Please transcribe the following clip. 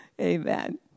Amen